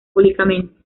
públicamente